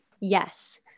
Yes